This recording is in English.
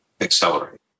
Accelerate